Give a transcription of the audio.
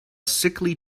sickly